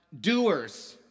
doers